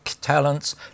talents